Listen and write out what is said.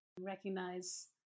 recognize